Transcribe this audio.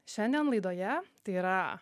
šiandien laidoje tai yra